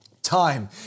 Time